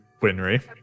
Winry